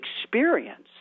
experience